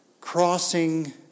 crossing